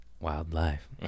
Wildlife